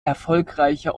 erfolgreicher